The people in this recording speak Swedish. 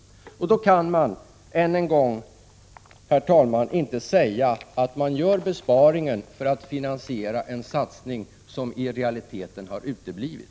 Då kan man inte säga att man gör besparingar för att finansiera en satsning som i realiteten har uteblivit.